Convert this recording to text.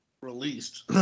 Released